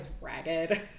ragged